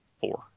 four